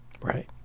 Right